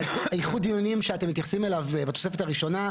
איכות דיונים שאתם מתייחסים אליה בתוספת הראשונה,